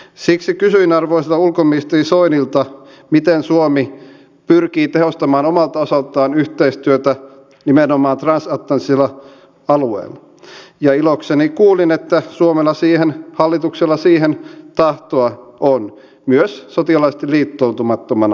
siksi kysyin arvoisalta ulkoministeri soinilta miten suomi pyrkii tehostamaan omalta osaltaan yhteistyötä nimenomaan transatlanttisilla alueilla ja ilokseni kuulin että suomella hallituksella siihen tahtoa on myös sotilaallisesti liittoutumattomana maana